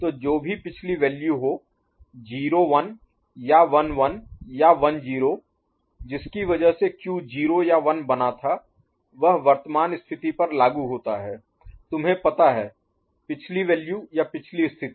तो जो भी पिछली वैल्यू हो 0 1 या 1 1 या 1 0 जिसकी वजह से Q 0 या 1 बना था वह वर्तमान स्थिति पर लागू होता है तुम्हें पता है पिछली वैल्यू या पिछली स्थिति